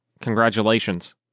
congratulations